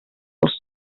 els